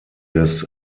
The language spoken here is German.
des